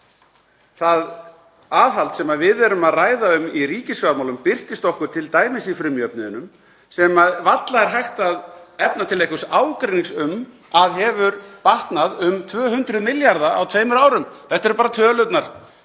það aðhald sem við erum að ræða um í ríkisfjármálum birtist okkur t.d. í frumjöfnuðinum sem varla er hægt að efna til einhvers ágreinings um að hefur batnað um 200 milljarða á tveimur árum. Þetta eru bara tölurnar.